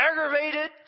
aggravated